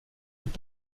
être